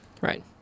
Right